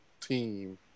team